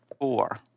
four